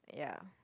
ya